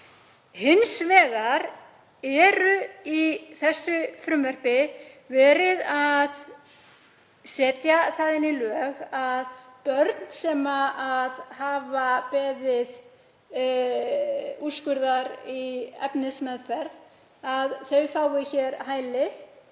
Hins vegar er í þessu frumvarpi verið að setja það í lög að börn sem beðið hafa úrskurðar í efnismeðferð fái hér hæli